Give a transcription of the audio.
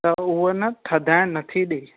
त उहो न थधाइण नथी ॾे